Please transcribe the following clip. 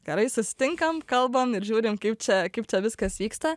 gerai susitinkam kalbam ir žiūrim kaip čia kaip čia viskas vyksta